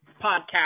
podcast